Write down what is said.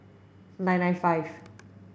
nine nine five